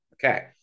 Okay